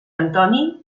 antoni